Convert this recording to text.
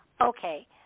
okay